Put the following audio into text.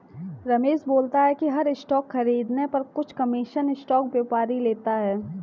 रमेश बोलता है कि हर स्टॉक खरीदने पर कुछ कमीशन स्टॉक व्यापारी लेता है